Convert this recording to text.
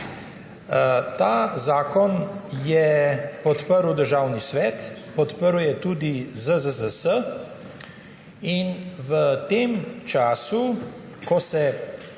Ta zakon je podprl Državni svet, podprl ga je tudi ZZZS in v tem času, ko se